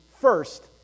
first